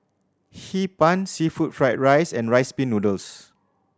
Hee Pan seafood fried rice and Rice Pin Noodles